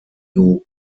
now